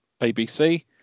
ABC